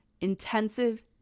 Intensive